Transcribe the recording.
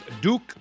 Duke